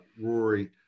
Rory